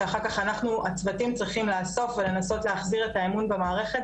שאחר כך אנחנו הצוותים צריכים לאסוף ולנסות להחזיר את האמון במערכת,